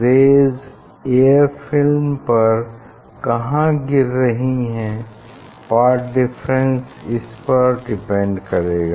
rays air film पर कहाँ गिर रही हैं पाथ डिफरेंस इस पर डिपेंड करेगा